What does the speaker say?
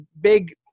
big